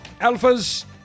Alphas